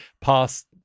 past